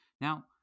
Now